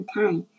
time